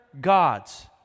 gods